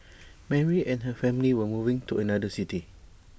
Mary and her family were moving to another city